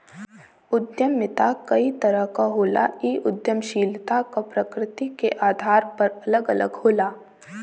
उद्यमिता कई तरह क होला इ उद्दमशीलता क प्रकृति के आधार पर अलग अलग होला